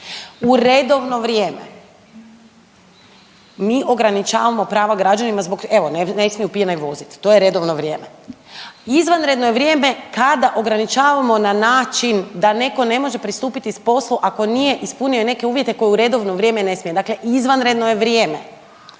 U redovno vrijeme. Mi ograničavamo prava građanima zbog evo ne smiju pijani vozit, to je redovno vrijeme. Izvanredno je vrijeme kada ograničavamo na način da netko ne može pristupiti poslu ako nije ispunio neke uvjete koje u redovno vrijeme ne smije. Dakle, izvanredno je vrijeme